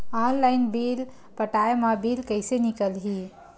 Online bill पटाय मा bill कइसे निकलही?